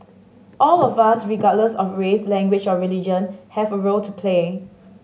all of us regardless of race language or religion have a role to play